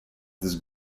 does